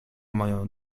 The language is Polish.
moją